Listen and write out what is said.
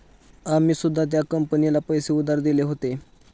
आम्ही सुद्धा त्या कंपनीला पैसे उधार दिले होते